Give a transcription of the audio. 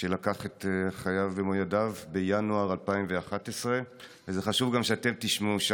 שלקח את חייו במו ידיו בינואר 2011. זה חשוב שגם אתם שם תשמעו,